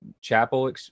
chapel